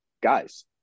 guys